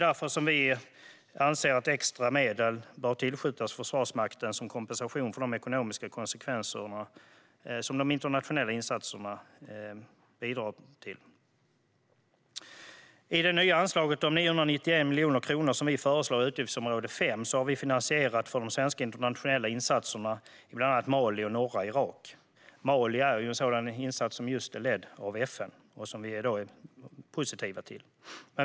Därför bör extra medel tillskjutas Försvarsmakten som kompensation för de ekonomiska konsekvenserna av internationella insatser. I det nya anslaget om 991 miljoner kronor, som vi föreslår i utgiftsområde 5, har vi finansierat för de svenska internationella insatserna i bland annat Mali och norra Irak. Insatsen i Mali är just ledd av FN, och vi är positiva till den.